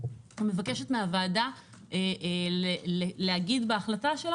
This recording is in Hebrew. ומבקשת מהוועדה לומר בהחלטתה,